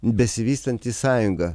besivystanti sąjunga